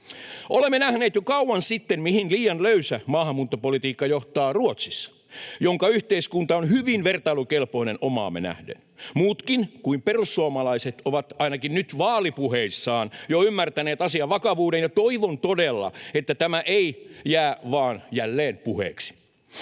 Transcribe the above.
Olemme nähneet jo kauan sitten, mihin liian löysä maahanmuuttopolitiikka johtaa Ruotsissa, jonka yhteiskunta on hyvin vertailukelpoinen omaamme nähden. Muutkin kuin perussuomalaiset ovat ainakin nyt vaalipuheissaan jo ymmärtäneet asian vakavuuden, ja toivon todella, että tämä ei jää vain jälleen puheeksi.